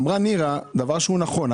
אמרה נירה דבר שהוא נכון,